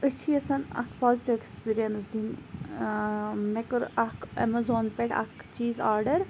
أسۍ چھِ یَژھان اکھ پازِٹِو ایٚکٕسپیٖریَنٕس دِنۍ مےٚ کوٚر اکھ اَمیزان پٮ۪ٹھ اَکھ چیٖز آرڈَر